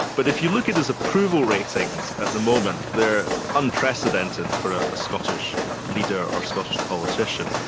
but if you look at his approval ratings at the moment, they're unprecedented for a scottish leader, or scottish politician.